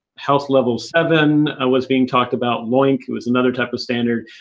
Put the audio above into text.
house level seven was being talked about. loinc was another type of standard.